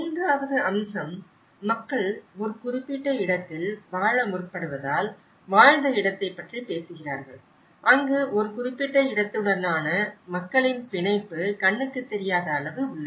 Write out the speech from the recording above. மூன்றாவது அம்சம் மக்கள் ஒரு குறிப்பிட்ட இடத்தில் வாழ முற்படுவதால் வாழ்ந்த இடத்தைப் பற்றி பேசுகிறார்கள் அங்கு ஒரு குறிப்பிட்ட இடத்துடனான மக்களின் பிணைப்பு கண்ணுக்குத் தெரியாத அளவு உள்ளது